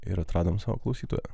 ir atradom savo klausytoją